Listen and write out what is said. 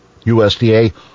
USDA